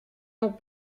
nous